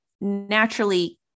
naturally